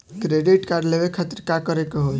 Credit card लेवे खातिर का करे के होई?